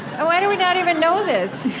why do we not even know